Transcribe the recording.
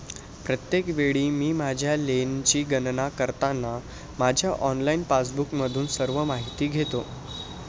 प्रत्येक वेळी मी माझ्या लेनची गणना करताना माझ्या ऑनलाइन पासबुकमधून सर्व माहिती घेतो